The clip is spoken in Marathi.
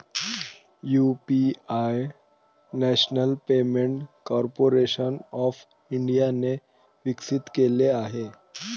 UPI national payment corporation of इंडियाने विकसित केले आहे